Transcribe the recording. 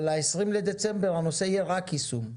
אבל ב-20 בדצמבר הנושא יהיה רק יישום,